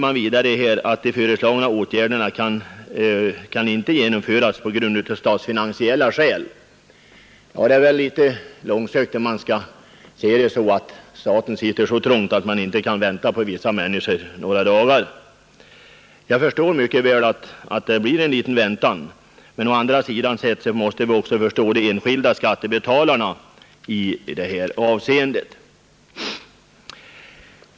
Vidare skriver utskottet att någon generell försening av skatteuppbörden med 10 dagar enligt utskottets mening inte kan komma i fråga av statsfinansiella skäl. Jag tycker dock det är litet långsökt att göra gällande att staten sitter så trångt att man inte kan vänta några dagar på inbetalningen av skatt från dessa B-skattebetalare. Visserligen blir det en väntan, men vi måste ju å andra sidan också förstå de enskilda skattebetalarnas svårigheter.